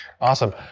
Awesome